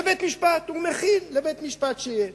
הוא מכין לבית-משפט, שיהיה.